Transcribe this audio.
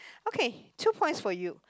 okay two points for you